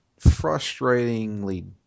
frustratingly